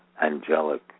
angelic